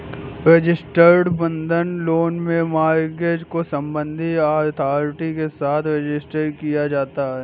registered बंधक loan में mortgage को संबंधित अथॉरिटी के साथ रजिस्टर किया जाता है